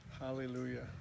Hallelujah